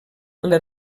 les